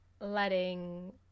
letting